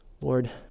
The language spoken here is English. Lord